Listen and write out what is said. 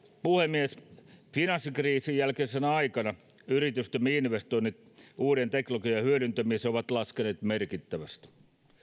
puhemies finanssikriisin jälkeisenä aikana yritystemme investoinnit uuden teknologian hyödyntämiseen ovat laskeneet merkittävästi